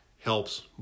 helps